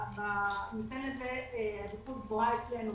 ניתן לזה עדיפות גבוהה אצלנו.